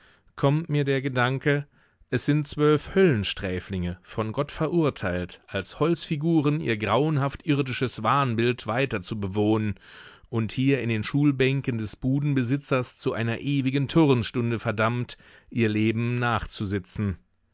kommt mir der gedanke es sind zwölf höllensträflinge von gott verurteilt als holzfiguren ihr grauenhaft irdisches wahnbild weiter zu bewohnen und hier in den schulbänken des budenbesitzers zu einer ewigen turnstunde verdammt ihr leben nachzusitzen